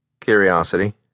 Curiosity